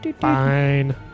Fine